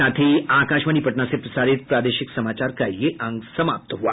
इसके साथ ही आकाशवाणी पटना से प्रसारित प्रादेशिक समाचार का ये अंक समाप्त हुआ